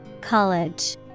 College